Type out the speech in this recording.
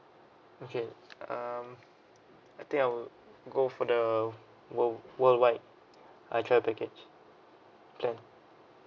okay um I think I will go for the world worldwide I travel package plan